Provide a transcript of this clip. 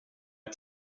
jag